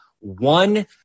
one